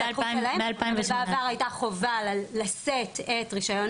זה התחום שלכם בעבר הייתה חובה לשאת את רישיון